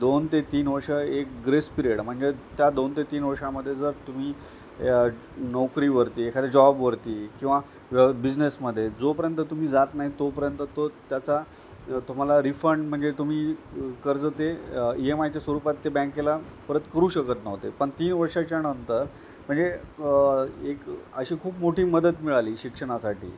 दोन ते तीन वर्षं एक ग्रेस पिरियड म्हणजे त्या दोन ते तीन वर्षांमध्ये जर तुम्ही ए नोकरीवरती एखाद्या जॉबवरती किंवा बिझनेसमध्ये जोपर्यंत तुम्ही जात नाही तोपर्यंत तो त्याचा तुम्हाला रिफंड म्हणजे तुम्ही कर्ज ते ई एम आयच्या स्वरूपात ते बँकेला परत करू शकत नव्हते पण तीन वर्षांच्या नंतर म्हणजे एक अशी खूप मोठी मदत मिळाली शिक्षणासाठी